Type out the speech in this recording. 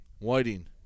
Whiting